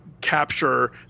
capture